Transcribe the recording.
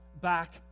back